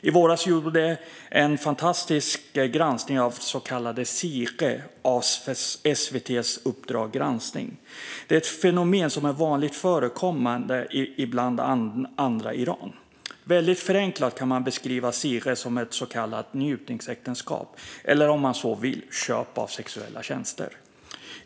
I våras gjordes en fantastisk granskning av så kallad sighe av SVT:s Uppdrag granskning . Det är ett fenomen som är vanligt förekommande bland annat i Iran. Väldigt förenklat kan man beskriva sighe som ett så kallat njutningsäktenskap eller, om man så vill, köp av sexuella tjänster.